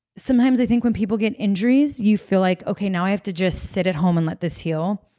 sometimes i think when people get injuries, you feel like, okay. now i have to just sit at home and let this heal.